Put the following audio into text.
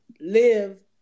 live